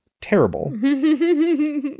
terrible